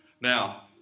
Now